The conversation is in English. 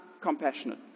compassionate